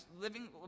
living